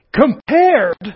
compared